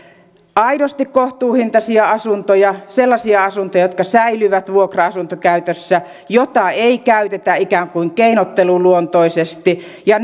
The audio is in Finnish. aidosti kohtuuhintaisia asuntoja sellaisia asuntoja jotka säilyvät vuokra asuntokäytössä joita ei käytetä ikään kuin keinotteluluontoisesti ja